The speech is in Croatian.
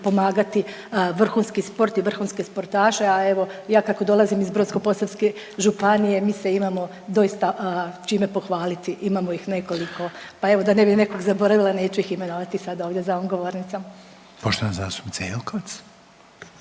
potpomagati vrhunski sport i vrhunske sportaše, a ja evo, ja kako dolazim iz Brodsko-posavske županije, mi se imamo doista čime pohvaliti. Imamo ih nekoliko pa evo, da ne bih nekog zaboravila, neću ih imenovati sada za ovom govornicom. **Reiner, Željko